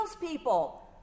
people